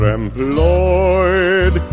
employed